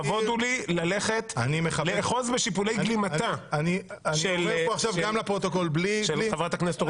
לכבוד הוא לי לאחוז בשיפולי גלימתה של חברת הכנסת אורית סטרוק.